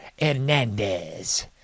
Hernandez